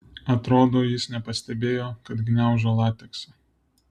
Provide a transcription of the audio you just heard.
atrodo jis nepastebėjo kad gniaužo lateksą